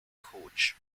coach